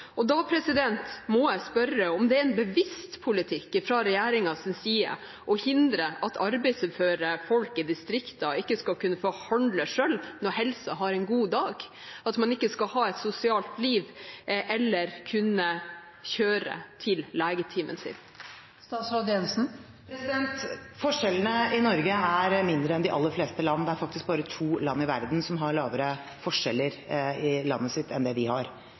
Da må jeg spørre om det er en bevisst politikk fra regjeringens side å hindre at arbeidsuføre folk i distriktene skal kunne få handle selv når helsen er god en dag – at man ikke skal ha et sosialt liv eller kunne kjøre til legetimen sin. Forskjellene i Norge er mindre enn i de aller fleste land, det er faktisk bare to land i verden som har lavere forskjeller enn det vi har. Det er en styrke som vi